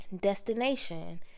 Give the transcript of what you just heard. destination